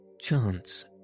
Chance